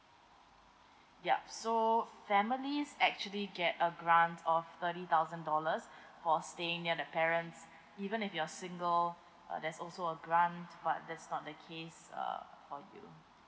yup so families actually get a grant of thirty thousand dollars for staying near their parents even if you're single uh there's also a grant but that's not the case err for you